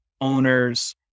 owners